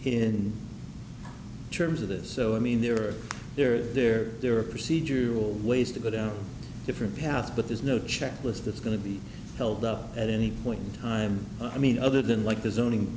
hidden terms of this so i mean there are there are there there are a procedural ways to go down a different path but there's no checklist that's going to be held up at any point in time i mean other than like the zoning